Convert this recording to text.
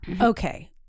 okay